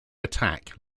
attack